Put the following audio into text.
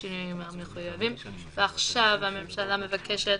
בשינויים המחויבים." ועכשיו הממשלה מבקשת